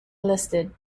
listed